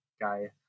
guy